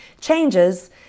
changes